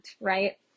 right